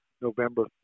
November